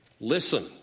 Listen